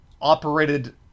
operated